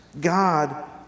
God